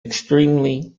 extremely